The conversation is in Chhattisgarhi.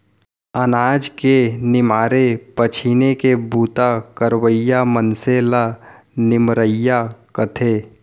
अनाज के निमारे पछीने के बूता करवइया मनसे ल निमरइया कथें